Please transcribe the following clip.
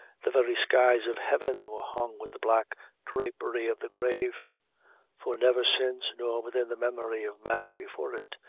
the very skies of heaven were hung with the black drapery of the grave for never since, nor within the memory of man before it,